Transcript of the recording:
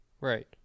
right